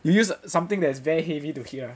you use something that is very heavy to hit [one]